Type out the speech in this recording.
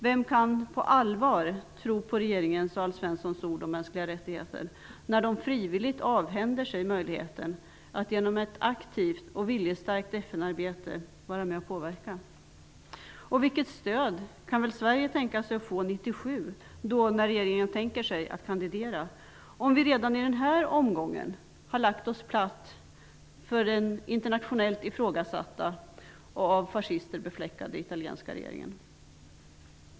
Vem kan på allvar tro på regeringens och Alf Svenssons ord om mänskliga rättigheter när man frivilligt avhänder sig möjligheten att genom ett aktivt och viljestarkt FN arbete vara med och påverka? Regeringen har tänkt att Sverige skall kandidera 1997. Vilket stöd kan Sverige då tänkas få, om vi redan i denna omgång har lagt oss platt för den internationellt ifrågasatta och av fascister befläckade italienska regeringen?